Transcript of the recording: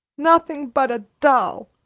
nothing but a doll-doll-doll!